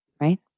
right